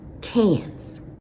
cans